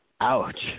Ouch